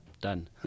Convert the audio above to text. done